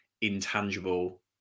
intangible